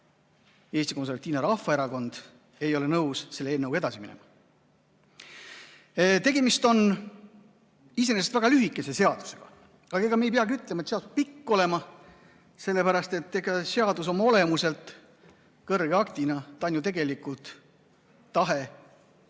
Eesti Konservatiivne Rahvaerakond ei ole nõus selle eelnõuga edasi minema. Tegemist on iseenesest väga lühikese seadusega. Ega me ei peagi ütlema, et seadus peab pikk olema, sellepärast et ega seadus oma olemuselt kõrge aktina on ju tegelikult tahe,